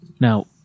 Now